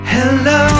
hello